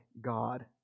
God